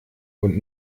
und